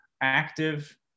active